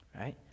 Right